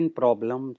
problem